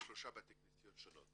כנסיות שונות